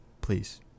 Please